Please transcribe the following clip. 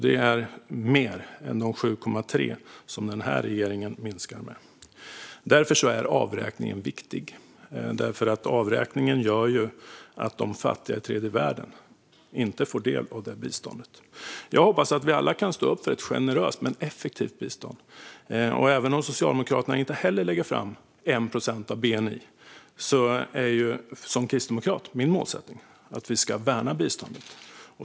Det är mer än de 7,3 som denna regering minskar med. Därför är avräkningen viktig. Avräkningen gör ju att de fattiga i tredje världen inte får del av det biståndet. Jag hoppas att vi alla kan stå upp för ett generöst men effektivt bistånd. Även om Socialdemokraterna inte heller lägger fram 1 procent av bni är min målsättning, som kristdemokrat, att vi ska värna biståndet.